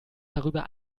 darüber